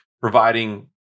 providing